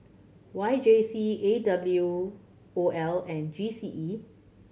Y J C A W O L and G C E